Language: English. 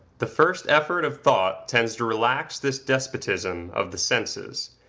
the first effort of thought tends to relax this despotism of the senses,